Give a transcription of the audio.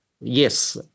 yes